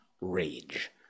rage